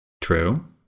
True